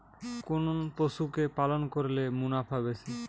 কোন পশু কে পালন করলে মুনাফা বেশি?